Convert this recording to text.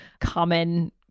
common